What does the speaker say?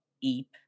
eep